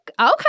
okay